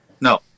No